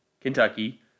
Kentucky